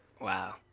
Wow